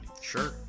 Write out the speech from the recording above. sure